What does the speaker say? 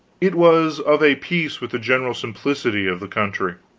it was of a piece with the general simplicity of the country.